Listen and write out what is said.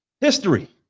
History